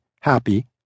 happy